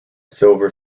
silver